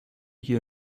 hier